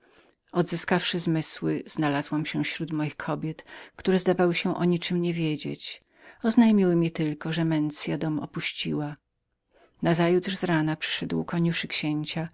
odzyskawszy zmysły znalazłam się śród moich kobiet które zdawały się o niczem nie wiedzieć oznajmiły mi tylko że mensia dom opuściła nazajutrz z rana koniuszy przyszedł